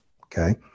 okay